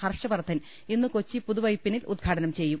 ഹർഷവർധൻ ഇന്ന് കൊച്ചി പുതുവൈപ്പിൻ ഉദ്ഘാടനം ചെയ്യും